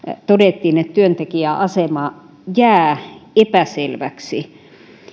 todettiin että työntekijän asema jää epäselväksi